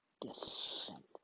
descent